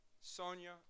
Sonia